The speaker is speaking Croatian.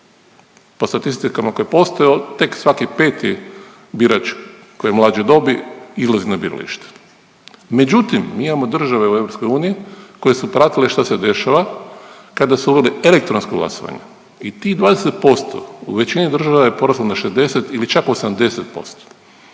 Po statistikama koje postoje tek svaki peti birač koji je mlađe dobi izlazi na birališta. Međutim, mi imamo države u EU koje su pratile šta se dešava kada se uvodi elektronsko glasovanje i tih 20% u većini država je poraslo na 60 ili čak 80%.